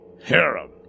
harem